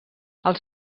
els